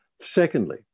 Secondly